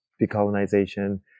decolonization